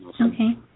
Okay